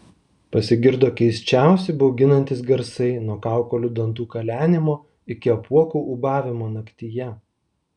pasigirdo keisčiausi bauginantys garsai nuo kaukolių dantų kalenimo iki apuokų ūbavimo naktyje